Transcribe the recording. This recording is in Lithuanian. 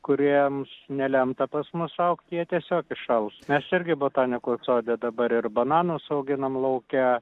kuriems nelemta pas mus augti jie tiesiog iššals mes irgi botanikos sode dabar ir bananus auginam lauke